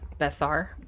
bethar